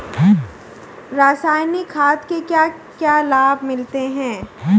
रसायनिक खाद के क्या क्या लाभ मिलते हैं?